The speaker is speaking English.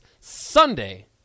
Sunday